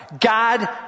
God